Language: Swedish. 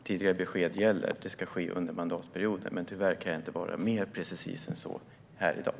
Tidigare besked gäller, det vill säga att det ska ske under mandatperioden. Tyvärr kan jag inte vara mer precis än så här i dag.